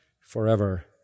forever